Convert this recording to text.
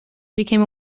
became